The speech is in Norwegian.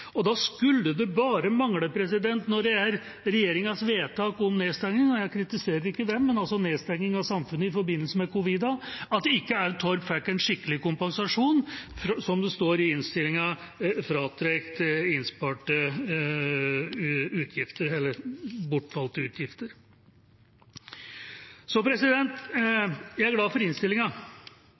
Da skulle det bare mangle – når det skyldes regjeringas vedtak om nedstenging av samfunnet i forbindelse med korona, og jeg kritiserer ikke det – at ikke også Torp fikk en skikkelig kompensasjon, som det står i innstillinga, fratrukket bortfalte utgifter. Så jeg er glad for innstillinga. Jeg er glad for